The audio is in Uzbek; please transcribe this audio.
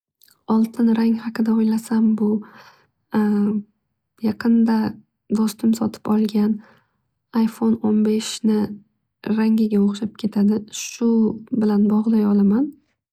Oltin rang haqida o'ylasam bu. Yaqinda do'stim sotib olgan iphone o'n beshni rangiga o'xshab ketadi. Shu bilan bog'lay olaman.